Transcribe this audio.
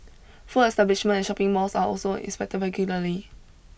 food establishment and shopping malls are also inspected regularly